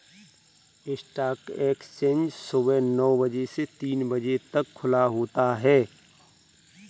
stock exchange सुबह नो बजे से तीन बजे तक खुला होता है